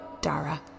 Dara